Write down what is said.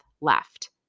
left